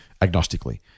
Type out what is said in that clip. agnostically